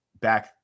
back